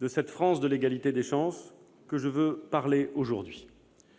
de cette France de l'égalité des chances, que je veux vous parler aujourd'hui,